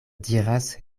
diras